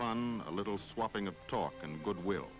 fun a little swapping of talk and goodwill